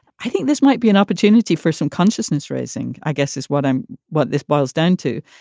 i think this might be an opportunity for some consciousness raising, i guess, is what i'm what this boils down to.